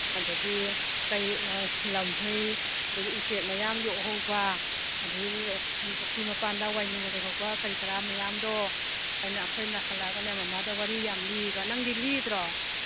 ꯑꯗꯒꯤ ꯀꯩ ꯂꯝꯍꯨꯏ ꯑꯗꯒꯤ ꯎꯆꯦꯛ ꯃꯌꯥꯝ ꯌꯣꯛꯍꯧꯕ ꯑꯗꯒꯤ ꯄꯨꯈꯤ ꯃꯄꯥꯟꯗ ꯋꯥꯏꯅꯨꯒ ꯂꯩꯍꯧꯕ ꯀꯔꯤ ꯀꯔꯥ ꯃꯌꯥꯝꯗꯣ ꯑꯩꯅ ꯑꯩꯈꯣꯏꯅ ꯍꯜꯂꯛꯑꯒꯅꯦ ꯃꯃꯥꯗ ꯋꯥꯔꯤ ꯌꯥꯝ ꯂꯤꯑꯕ ꯅꯪꯗꯤ ꯂꯤꯗ꯭ꯔꯣ